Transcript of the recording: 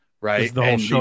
Right